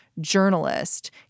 Journalist